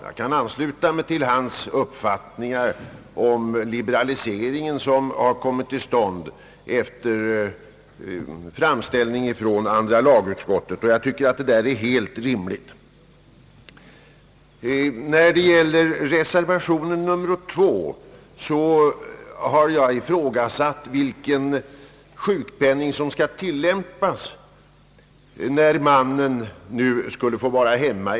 Jag kan ansluta mig till hans uppfattning om den liberalisering som nu kommer till stånd på detta område efter framställning från andra lagutskottet, och jag tycker att den är helt rimlig. När det gäller den med II betecknade reservationen har jag ifrågasatt vilken sjukpenningklass som skall tillämpas när mannen skulle få rätt till ledighet och sköta hemmet.